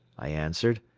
i answered,